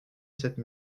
cette